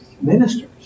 ministers